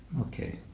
Okay